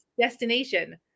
destination